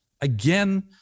again